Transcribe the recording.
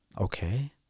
Okay